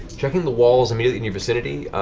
checking the walls immediately in your vicinity,